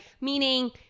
meaning